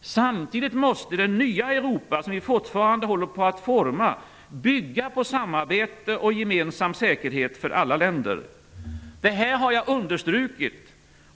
Samtidigt måste det nya Europa, som vi fortfarande håller på att forma, bygga på samarbete och gemensam säkerhet för alla länder. Detta har jag poängterat.